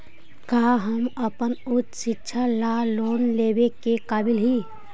का हम अपन उच्च शिक्षा ला लोन लेवे के काबिल ही?